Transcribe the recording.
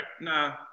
nah